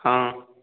ହଁ